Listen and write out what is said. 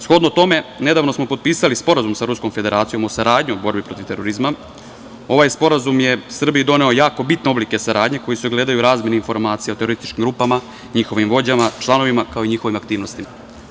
Shodno tome, nedavno smo potpisali i sporazum sa Ruskom federacijom o saradnji u borbi protiv terorizma, i ovaj Sporazum je Srbiji doneo jako bitne oblike saradnje, koji se ogledaju u razmeni informacija terorističkim grupama, njihovim vođama i članovima, kao i u njihovim aktivnostima.